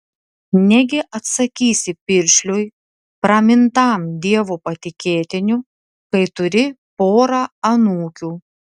negi atsakysi piršliui pramintam dievo patikėtiniu kai turi porą anūkių